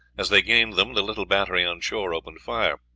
as they gained them the little battery on shore opened fire.